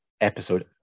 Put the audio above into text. episode